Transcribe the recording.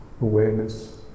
awareness